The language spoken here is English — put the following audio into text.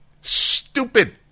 stupid